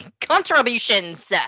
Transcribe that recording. contributions